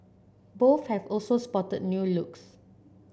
both have also spotted new looks